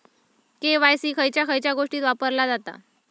KYC खयच्या खयच्या गोष्टीत वापरला जाता?